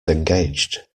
engaged